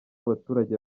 abaturage